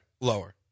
lower